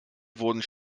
wurden